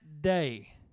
day